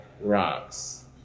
rocks